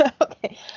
okay